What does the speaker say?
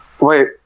Wait